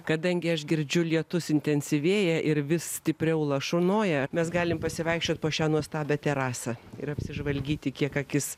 kadangi aš girdžiu lietus intensyvėja ir vis stipriau lašnoja mes galim pasivaikščiot po šią nuostabią terasą ir apsižvalgyti kiek akis